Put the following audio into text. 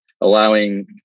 allowing